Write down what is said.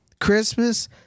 Christmas